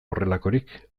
horrelakorik